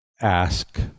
ask